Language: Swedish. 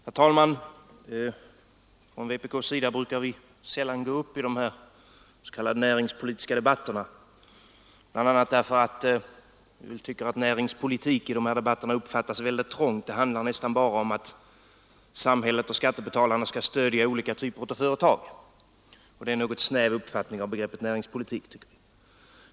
Herr talman! Vi från vpk brukar sällan gå upp i de näringspolitiska debatterna bl.a. därför att vi tycker att näringspolitik i de här debatterna uppfattas synnerligen ”trångt” — debatterna handlar nästan bara om att samhället och skattebetalarna skall stödja olika typer av företag, och det tycker vi är en något snäv uppfattning av begreppet näringspolitik.